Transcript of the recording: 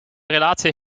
relatie